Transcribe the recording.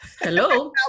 Hello